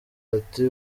bati